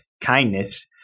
kindness